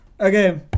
Okay